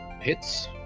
hits